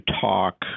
talk